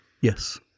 Yes